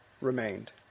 remained